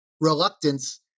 reluctance